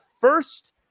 first